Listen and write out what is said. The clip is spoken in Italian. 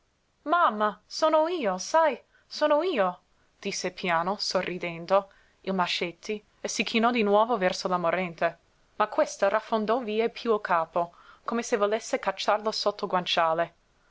mamma sono io sai sono io disse piano sorridendo il mascetti e si chinò di nuovo verso la morente ma questa raffondò vie piú il capo come se volesse cacciarlo sotto il guanciale